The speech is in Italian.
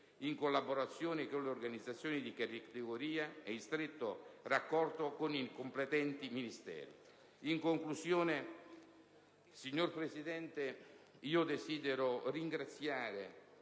in collaborazione con le organizzazioni di categoria ed in stretto raccordo con i competenti Ministeri. In conclusione, signor Presidente, desidero ringraziare